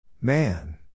Man